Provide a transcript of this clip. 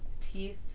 Teeth